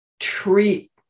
treat